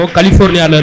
California